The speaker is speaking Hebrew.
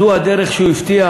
זו הדרך שהוא הבטיח?